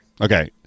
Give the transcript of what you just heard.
Okay